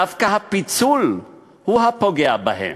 דווקא הפיצול הוא הפוגע בהם.